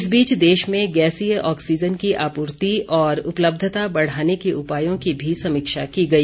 इस बीच देश में गैसीय ऑक्सीजन की आपूर्ति और उपलब्यता बढाने के उपायों की भी समीक्षा की गई